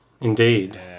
Indeed